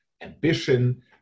ambition